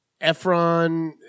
Efron